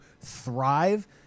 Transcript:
thrive